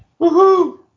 Woohoo